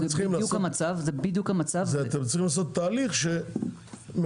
זאת אומרת אתם צריכים לעשות תהליך שממנף